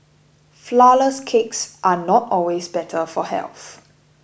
Flourless Cakes are not always better for health